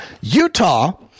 Utah